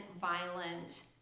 violent